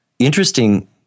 Interesting